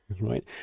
right